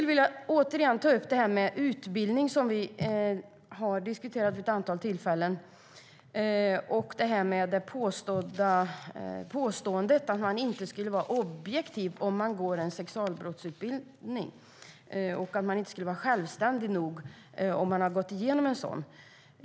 Jag vill återigen ta upp detta med utbildning, som vi har diskuterat vid ett antal tillfällen, och påståendet att man inte skulle kunna vara objektiv och inte tillräckligt självständig om man genomgår en sexualbrottsutbildning.